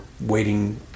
waiting